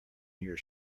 your